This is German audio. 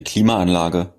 klimaanlage